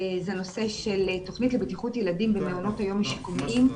זה הנושא של תוכנית לבטיחות ילדים במעונות היום השיקומיים,